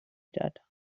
دادم